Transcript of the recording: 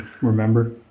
remember